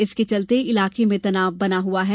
इसके चलते इलाके में तनाव बना हुआ है